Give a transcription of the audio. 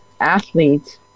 athletes